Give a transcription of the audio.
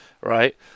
right